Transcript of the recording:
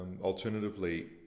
alternatively